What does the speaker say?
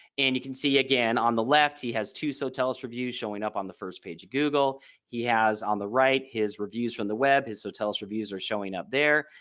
and you can see again on the left. he has two sotellus reviews showing up on the first page of google he has on the right. his reviews from the web his hotels reviews are showing up there.